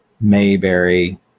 mayberry